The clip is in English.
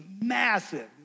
massive